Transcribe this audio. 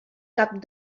cap